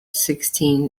sixteen